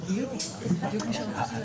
בואו נמשיך.